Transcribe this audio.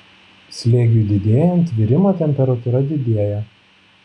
slėgiui didėjant virimo temperatūra didėja